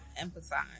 emphasize